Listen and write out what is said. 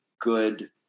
good